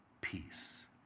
peace